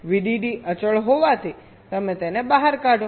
VDD અચળ હોવાથી તમે તેને બહાર કાઢો